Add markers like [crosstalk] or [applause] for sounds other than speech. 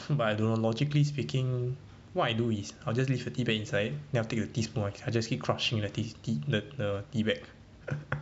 but I don't know logically speaking what I do is I'll just leave the tea bag inside then after your tea [noise] then I just keep crushing the tea the the tea bag [laughs]